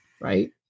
right